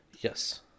yes